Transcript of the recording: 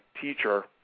teacher